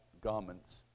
garments